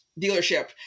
dealership